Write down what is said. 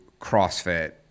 CrossFit